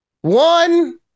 one